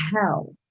hell